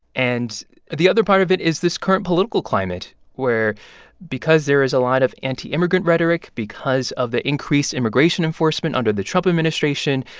and the other part of it is this current political climate, where because there is a lot of anti-immigrant rhetoric, because of the increased immigration enforcement under the trump administration,